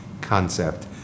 concept